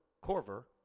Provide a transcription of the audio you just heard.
Corver